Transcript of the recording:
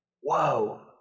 Whoa